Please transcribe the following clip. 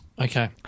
okay